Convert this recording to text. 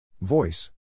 Voice